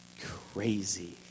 Crazy